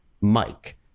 mike